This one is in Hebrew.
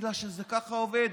בגלל שזה ככה עובד.